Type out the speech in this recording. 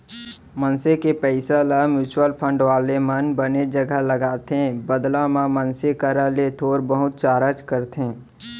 मनसे के पइसा ल म्युचुअल फंड वाले मन बने जघा लगाथे बदला म मनसे करा ले थोर बहुत चारज करथे